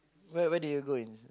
where where did you go in